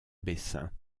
bessin